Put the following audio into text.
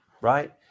Right